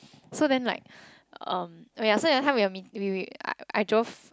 so then like um so that time we had meeting with I I drove